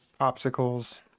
popsicles